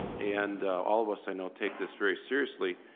and all of us, i know, take this very seriously,